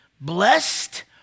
Blessed